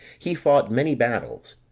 he fought many battles,